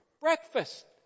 breakfast